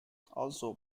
also